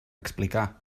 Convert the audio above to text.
explicar